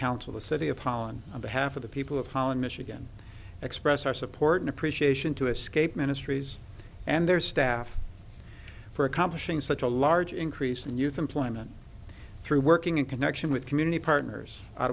council the city of holland on behalf of the people of holland michigan express our support and appreciation to escape ministries and their staff for accomplishing such a large increase in youth employment through working in connection with community partners out